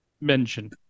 mention